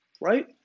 right